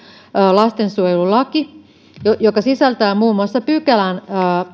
lastensuojelulaki joka sisältää muun muassa pykälän